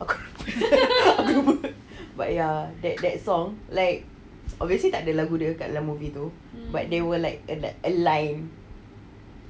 aku lupa juga aku lupa but ya that that song like obviously takde lagu dia kat dalam movie tu but they were like a li~ a line